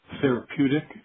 therapeutic